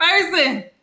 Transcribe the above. person